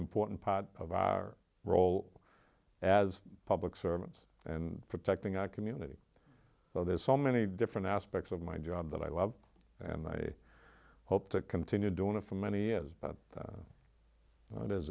important part of our role as public servants and protecting our community well there's so many different aspects of my job that i love and i hope to continue doing it for many years but